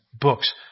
books